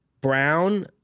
brown